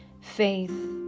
faith